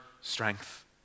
strength